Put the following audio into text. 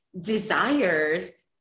desires